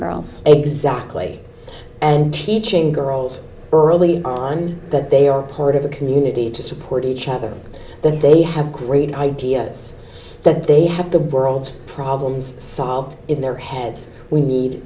girls exactly and teaching girls early on that they are part of a community to support each other that they have great ideas that they have the world's problems solved in their heads we need